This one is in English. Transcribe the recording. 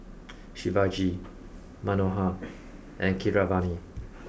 Shivaji Manohar and Keeravani